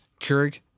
Keurig